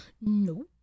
No